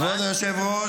כבוד היושב-ראש,